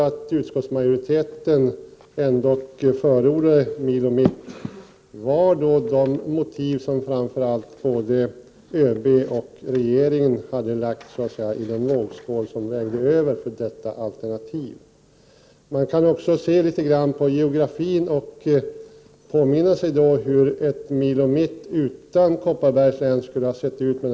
Att utskottsmajoriteten till slut förordade Milo Mitt berodde framför allt på det som ÖB och regeringen hade lagt i vågskålen. Då vägde det över för detta alternativ. Man kan se litet grand på geografin och konstatera hur ett Milo Mitt utan Kopparbergs län skulle ha sett ut.